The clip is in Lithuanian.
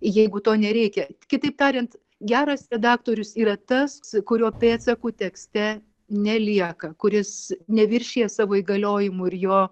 jeigu to nereikia kitaip tariant geras redaktorius yra tas kurio pėdsakų tekste nelieka kuris neviršija savo įgaliojimų ir jo